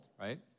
right